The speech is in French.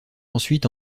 ensuite